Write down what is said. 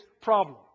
problem